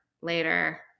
later